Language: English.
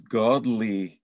godly